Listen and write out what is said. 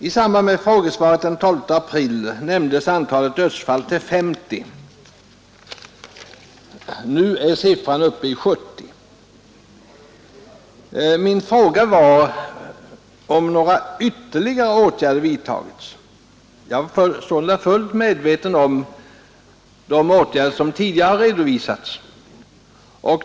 I samband med frågesvaret den 12 april beräknades antalet dödsfall till 50; nu är siffran uppe i 70. Min fråga var om några ytterligare åtgärder vidtagits. Jag känner till de åtgärder som tidigare redovisats.